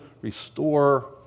restore